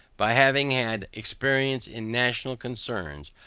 by having had experience in national concerns,